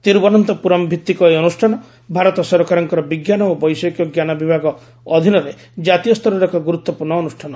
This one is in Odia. ତିରୁବନନ୍ତପୁରମ ଭିତ୍ତିକ ଏହି ଅନୁଷ୍ଠାନ ଭାରତ ସରକାରଙ୍କ ବିଜ୍ଞାନ ଓ ବୈଷୟିକଜ୍ଞାନ ବିଭାଗ ଅଧୀନରେ ଜାତୀୟ ସ୍ତରର ଏକ ଗୁରୁତ୍ୱପୂର୍ଣ୍ଣ ଅନୁଷ୍ଠାନ